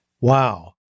Wow